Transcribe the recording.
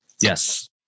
Yes